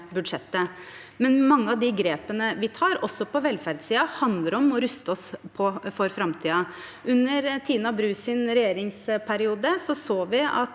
Mange av de grepene vi tar, også på velferdssiden, handler om å ruste oss for framtiden. Under Tina Brus regjeringsperiode så vi at